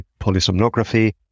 polysomnography